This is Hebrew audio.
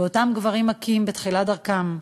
ואותם גברים מכים בתחילת דרכם,